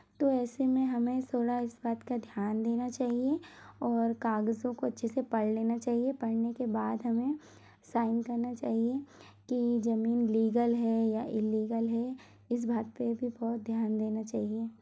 तो ऐसे में हमें सोला इस बात का ध्यान देना चाहिये और कागज़ों को अच्छे से पढ़ लेना चाहिये पढ़ने के बाद हमें साइन करना चाहिये की जमीन लीगल है या इललीगल है इस बात पे भी बहुत ध्यान देना चाहिये